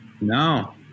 no